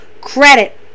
credit